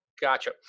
gotcha